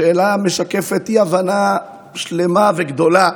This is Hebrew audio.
השאלה משקפת אי-הבנה שלמה וגדולה,